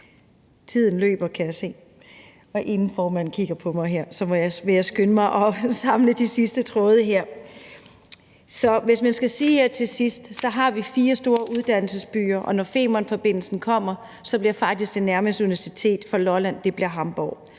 Tiden løber, kan jeg se. Og inden formanden kigger på mig, vil jeg skynde mig at samle de sidste tråde her. Så jeg vil sige her til sidst, at vi har fire store uddannelsesbyer, og når Femernforbindelsen kommer, ligger det nærmeste universitet for Lolland faktisk i Hamborg.